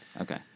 okay